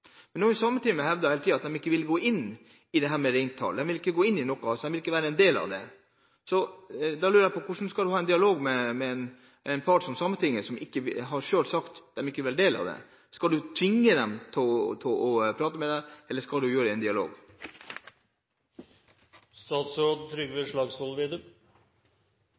Men nå har jo Sametinget hele tiden hevdet at de ikke vil gå inn i dette med reintall – de vil altså ikke være en del av det. Da lurer jeg på: Hvordan skal du ha en dialog med en part som Sametinget, som selv har sagt at de ikke vil være del av det? Skal du tvinge dem til å prate med deg? Til representanten Trældal: Jeg brukte jo en stor del av innleggene mine, både det